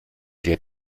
der